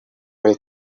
will